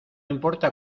importa